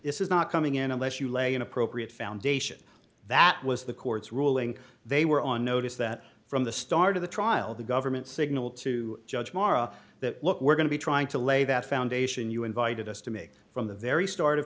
this is not coming in unless you lay an appropriate foundation that was the court's ruling they were on notice that from the start of the trial the government signal to judge mara that look we're going to be trying to lay that foundation you invited us to make from the very start